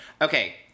Okay